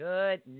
Good